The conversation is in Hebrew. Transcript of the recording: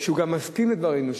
שהוא גם מסכים לדברינו,